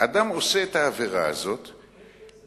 אדם עושה את העבירה הזאת, כסף.